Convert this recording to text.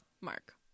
Mark